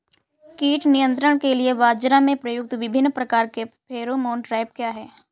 कीट नियंत्रण के लिए बाजरा में प्रयुक्त विभिन्न प्रकार के फेरोमोन ट्रैप क्या है?